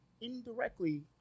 indirectly